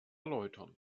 erläutern